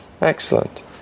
excellent